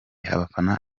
abafana